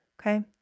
okay